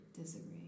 Disagree